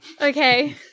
Okay